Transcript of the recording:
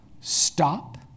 Stop